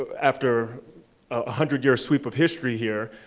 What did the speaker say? after a hundred-year sweep of history here,